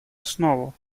основу